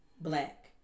black